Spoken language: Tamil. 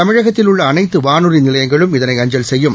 தமிழகத்தில் உள்ள அனைத்து வானொலி நிலையங்களும் இதனை அஞ்சல் செய்யும்